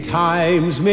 times